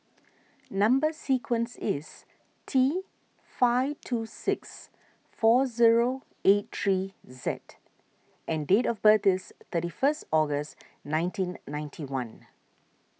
Number Sequence is T five two six four zero eight three Z and date of birth is thirty first August nineteen ninety one